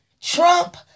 Trump